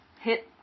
hit